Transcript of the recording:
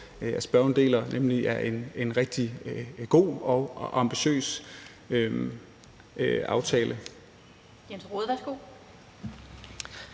at spørgeren deler, nemlig en rigtig god og ambitiøs aftale.